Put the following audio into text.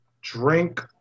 Drink